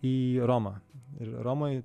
į romą ir romoj